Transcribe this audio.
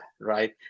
right